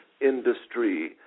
industry